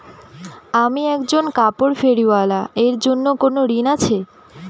আমি একজন কাপড় ফেরীওয়ালা এর জন্য কোনো ঋণ আছে?